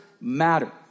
matter